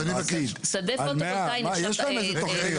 שדה פוטו-וולטאי נחשב שדה ירוק?